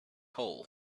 hole